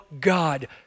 God